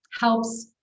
helps